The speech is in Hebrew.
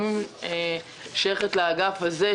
אני שייכת לאגף הזה,